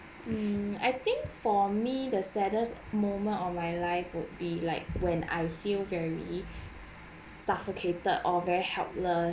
mm I think for me the saddest moment of my life would be like when I feel very suffocated or very helpless